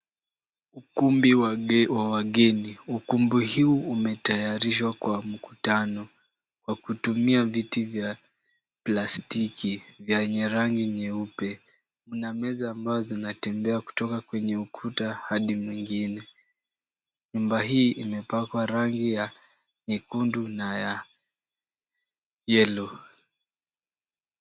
Ukumbi wa wageni , ukumbi huu umetayarishwa kwa mkutano, kwa kutumia viti vya plastiki vyenye rangi nyeupe, Kuna meza ambazo zinatembea kutoka kwenye ukuta hadi mwingine, nyumba hii imepakwa rangi ya nyekundu na ya yellow .